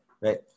right